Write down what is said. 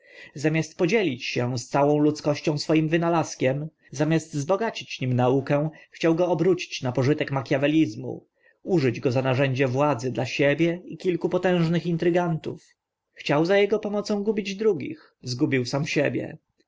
zamiast podzielić się z całą ludzkością swoim wynalazkiem zamiast zbogacić nim naukę chciał go obrócić na pożytek machiawelizmu użyć go za narzędzie władzy dla siebie i kilku potężnych intrygantów chciał za ego pomocą gubić drugich zgubił samego siebie